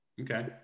Okay